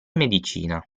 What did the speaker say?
medicina